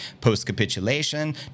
post-capitulation